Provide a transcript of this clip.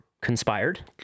conspired